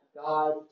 God